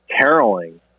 caroling